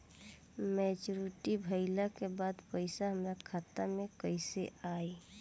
Maturity भईला के बाद पईसा हमरे खाता में कइसे आई?